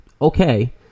okay